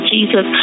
Jesus